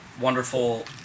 wonderful